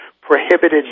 prohibited